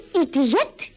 idiot